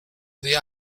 the